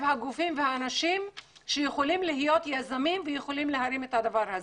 הגופים והאנשים שיכולים להיות יזמים ולהרים את הדבר הזה.